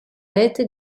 rete